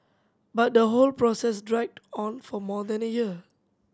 but the whole process dragged on for more than a year